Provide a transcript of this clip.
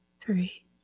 three